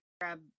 grab